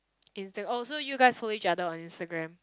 insta~ oh so you guys follow each other on Instagram